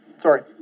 Sorry